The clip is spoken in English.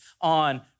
on